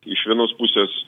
iš vienos pusės